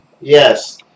Yes